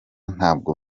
ntabwo